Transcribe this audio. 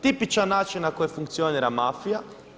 Tipičan način na koji funkcionira mafija.